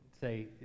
say